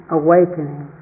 awakening